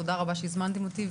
תודה רבה שהזמנתם אותי.